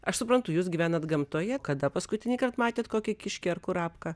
aš suprantu jūs gyvenat gamtoje kada paskutinįkart matėte kokį kiškį ar kurapką